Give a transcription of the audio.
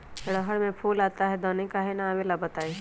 रहर मे फूल आता हैं दने काहे न आबेले बताई?